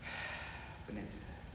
!hais! penat sia